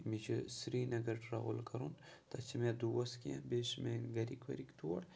مےٚ چھِ سرینگر ٹرٛیوٕل کَرُن تَتہِ چھِ مےٚ دوس کینٛہہ بیٚیہِ چھِ میٛٲنۍ گَرِکۍ وَرِکۍ تور